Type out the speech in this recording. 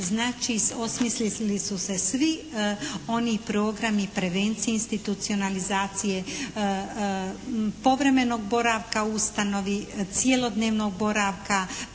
Znači, osmislili su se svi oni programi i prevencije institucionalizacije povremenog boravka u ustanovi, cjelodnevnog boravka,